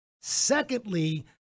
Secondly